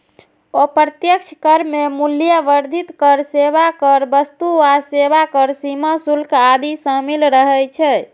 अप्रत्यक्ष कर मे मूल्य वर्धित कर, सेवा कर, वस्तु आ सेवा कर, सीमा शुल्क आदि शामिल रहै छै